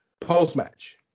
post-match